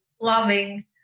loving